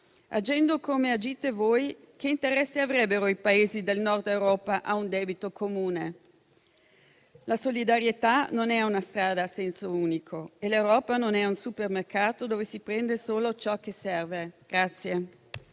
Agendo come agite voi, che interesse avrebbero i Paesi del Nord Europa a un debito comune? La solidarietà non è una strada a senso unico e l'Europa non è un supermercato dove si prende solo ciò che serve.